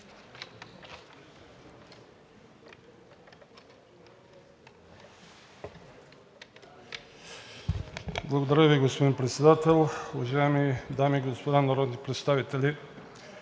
Благодаря Ви, господин Председател. Уважаеми дами и господа народни представители!